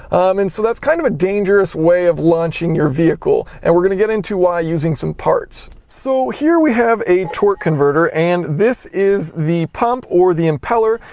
and so that's kind of a dangerous way of launching your vehicle. and we're going to get into why using some parts. so here we have a torque converter, and this is the pump, or the impeller,